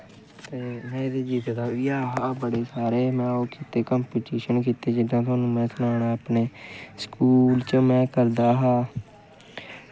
में जितदा बी ऐही बड़े सारे ते कंपिटिशन कीते जि'यां में सनाना में अपने स्कूल जिसलै पढ़दा हा